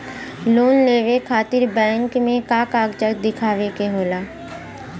Loan लेवे खातिर bank मे का कागजात दिखावे के होला?